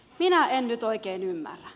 minä en nyt oikein ymmärrä